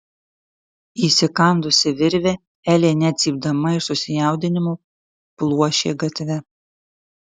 įsikandusi virvę elė net cypdama iš susijaudinimo pluošė gatve